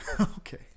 okay